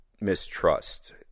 mistrust